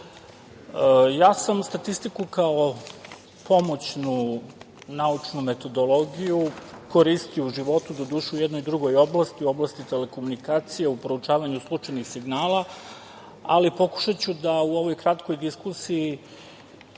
sam statistiku, kao pomoćnu naučnu metodologiju, koristio u životu, doduše u jednoj drugoj oblasti, u oblasti telekomunikacija u proučavanju slučajnih signala, ali pokušaću da u ovoj kratkoj diskusiji